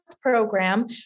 program